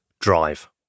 Drive